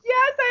Yes